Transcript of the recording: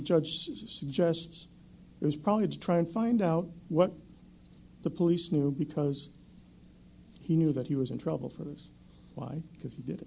says suggests it was probably to try and find out what the police knew because he knew that he was in trouble for those why because he did